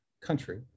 country